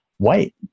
white